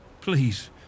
Please